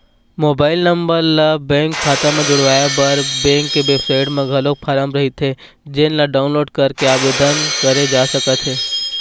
mobile number ल अपन खाता म जोड़वाए बर बेंक के बेबसाइट म घलोक फारम रहिथे जेन ल डाउनलोड करके आबेदन करे जा सकत हे